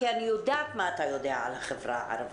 כי אני יודעת מה אתה יודע על החברה הערבית.